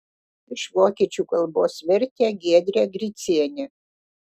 iš vokiečių kalbos vertė giedrė gricienė